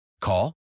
Call